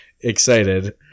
excited